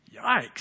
Yikes